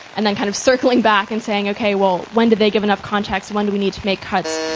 and then kind of circling back and saying, okay, well, when did they give enough context? when do we need to make cuts?